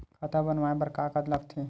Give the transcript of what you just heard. खाता बनवाय बर का का लगथे?